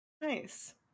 Nice